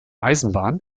eisenbahn